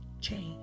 change